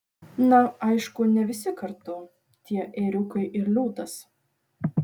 na aišku ne visi kartu tie ėriukai ir liūtas